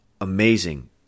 amazing